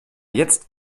jetzt